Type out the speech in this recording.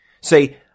say